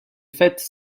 faites